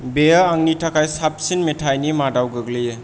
बेयो आंनि थाखाय साबसिन मेथायनि मादाव गोग्लैयो